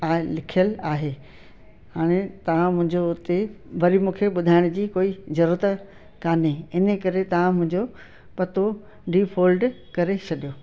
आहे लिखियल आहे हाणे तव्हां मुंहिंजो उते वरी मूंखे ॿुधाइण जी कोई ज़रूरत कोन्हे इन जे करे तव्हां मुंहिंजो पतो डिफॉल्ट करे छॾियो